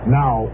now